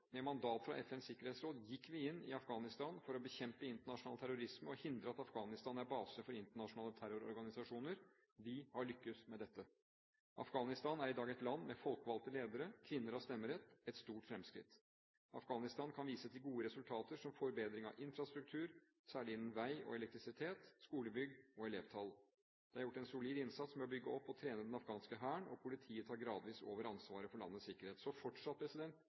Med mandat fra FNs sikkerhetsråd gikk vi inn i Afghanistan for å bekjempe internasjonal terrorisme og hindre at Afghanistan er base for internasjonale terrororganisasjoner. Vi har lyktes med dette. Afghanistan er i dag et land med folkevalgte ledere. Kvinner har stemmerett – et stort fremskritt. Afghanistan kan vise til gode resultater som forbedring av infrastruktur, særlig innen vei og elektrisitet, skolebygg og elevtall. Det er gjort en solid innsats med å bygge opp og trene den afghanske hæren, og politiet tar gradvis over ansvaret for landets sikkerhet. Fortsatt